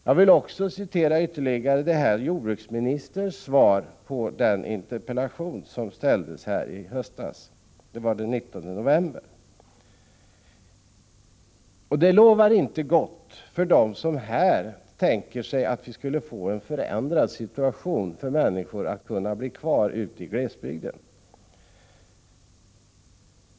Jag vill hänvisa till jordbruksministerns svar på en interpellation som framställdes i höstas. Svaret lämnades den 19 november. Det lovar inte gott för de människor som tänkt sig att det skulle kunna bli en förändring av situationen, så att de kan bo kvar på landsbygden.